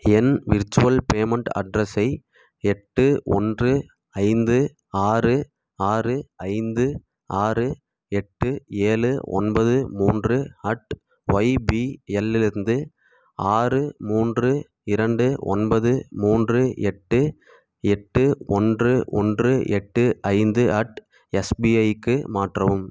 என் virtual payment அட்ரஸை எட்டு ஒன்று ஐந்து ஆறு ஆறு ஐந்து ஆறு எட்டு ஏழு ஒன்பது மூன்று அட் ஒய்பிஎல்லிலிருந்து ஆறு மூன்று இரண்டு ஒன்பது மூன்று எட்டு எட்டு ஒன்று ஒன்று எட்டு ஐந்து அட் எஸ்பிஐக்கு மாற்றவும்